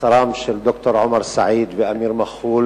מעצרם של ד"ר עומר סעיד ואמיר מח'ול